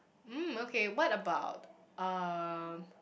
mm okay what about um